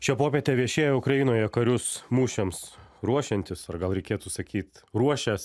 šią popietę viešėjo ukrainoje karius mūšiams ruošiantis ar gal reikėtų sakyt ruošęs